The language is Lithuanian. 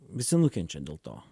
visi nukenčia dėl to